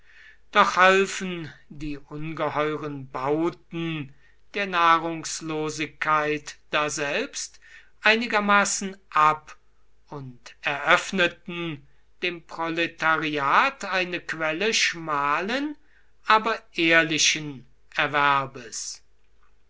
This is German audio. doch halfen die ungeheuren bauten der nahrungslosigkeit daselbst einigermaßen ab und eröffneten dem proletariat eine quelle schmalen aber ehrlichen erwerbes